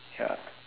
ya